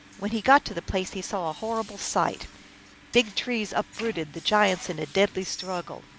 when he got to the place he saw a horrible sight big trees uprooted, the giants in a deadly struggle.